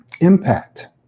impact